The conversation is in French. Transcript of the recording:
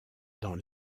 dans